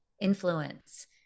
influence